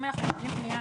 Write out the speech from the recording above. אם אנחנו מקבלים פניה,